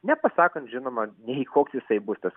nepasakant žinoma nei koks jisai bus tas